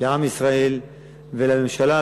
לעם ישראל ולממשלה.